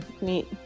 Neat